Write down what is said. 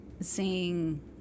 seeing